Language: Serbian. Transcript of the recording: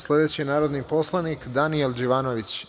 Sledeći narodni poslanik je Daniel Đivanović.